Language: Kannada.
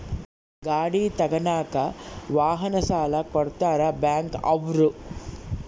ಗಾಡಿ ತಗನಾಕ ವಾಹನ ಸಾಲ ಕೊಡ್ತಾರ ಬ್ಯಾಂಕ್ ಅವ್ರು